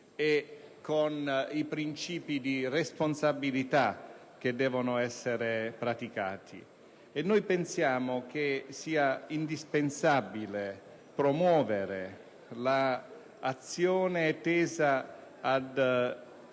e con i principi di responsabilità che devono essere praticati. Noi pensiamo che sia indispensabile promuovere un'azione tesa ad